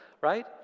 right